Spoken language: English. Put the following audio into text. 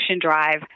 Drive